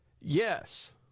Yes